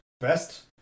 Best